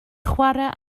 chwarae